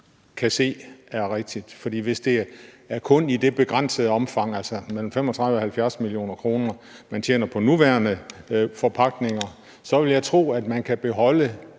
kan se er rigtigt? Hvis det kun er i det begrænsede omfang, altså mellem 35 og 70 mio. kr., man tjener på nuværende bortforpagtninger, vil jeg tro, at man kan beholde